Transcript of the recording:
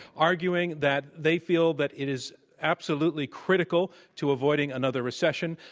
arguing that they feel that it is absolutely critical to avoiding another recession.